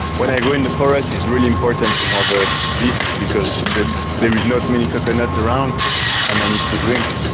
when i go in the forest is really important to have a this because the there is not many coconut around and i need to drink